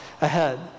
ahead